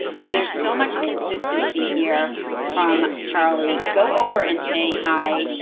so there's so much consistency here from charli. go over and say hi,